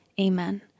Amen